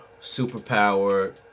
superpower